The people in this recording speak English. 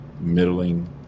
middling